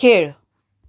खेळ